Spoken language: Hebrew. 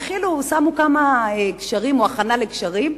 התחילו, שמו כמה גשרים, או הכנה לגשרים,